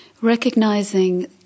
Recognizing